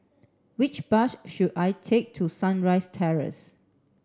which bus should I take to Sunrise Terrace